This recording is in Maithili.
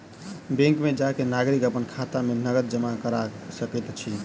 बैंक में जा के नागरिक अपन खाता में नकद जमा करा सकैत अछि